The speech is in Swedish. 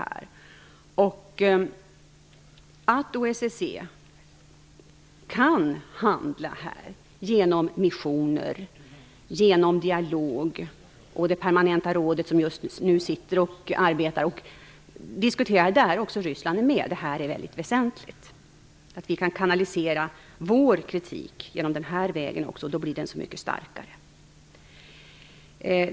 Det faktum att OSSE kan agera genom missioner och genom dialoger - det permanenta rådet sitter just nu och diskuterar och Ryssland är med där - är väldigt väsentligt. Och att vi kan kanalisera vår kritik denna väg gör att den blir så mycket starkare.